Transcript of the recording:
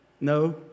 No